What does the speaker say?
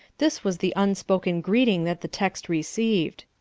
this was the unspoken greeting that the text received.